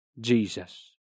Jesus